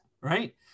right